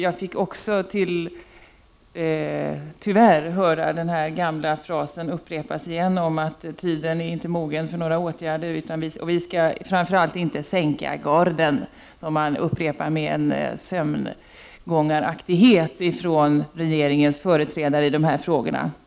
Jag fick också tyvärr höra den gamla frasen upprepas om att tiden inte är mogen för några åtgärder och vi skall framför allt inte sänka garden, som upprepas med sömngångaraktighet från regeringens företrädare.